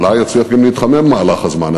אולי הוא יצליח גם להתחמם במהלך הזמן,